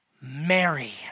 Mary